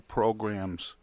programs